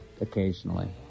occasionally